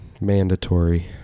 Mandatory